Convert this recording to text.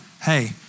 hey